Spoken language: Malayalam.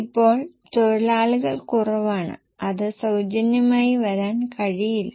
ഇപ്പോൾ തൊഴിലാളികൾ കുറവാണ് അത് സൌജന്യമായി വരാൻ കഴിയില്ല